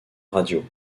radio